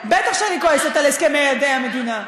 בטח שאני כועסת על הסכמי עדי המדינה.